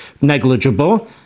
negligible